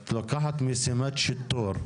את לוקחת משימת שיטור.